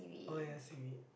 oh ya see